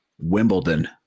Wimbledon